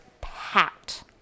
packed